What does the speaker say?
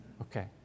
Okay